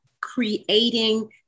creating